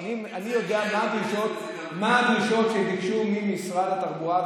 אבל אני יודע מה הדרישות שנדרשו ממשרד התחבורה.